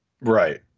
Right